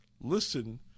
listen